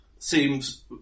Seems